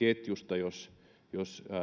ketjusta